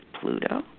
Pluto